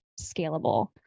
scalable